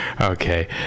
Okay